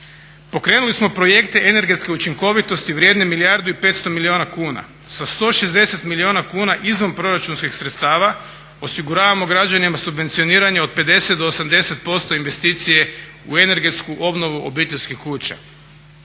Pokrenuli smo projekte energetske učinkovitosti vrijedne milijardu i 500 milijuna kuna sa 160 milijuna kuna izvanproračunskih sredstava, osiguravamo građanima subvencioniranje od 50 do 80% investicije u energetsku obnovu obiteljskih kuća.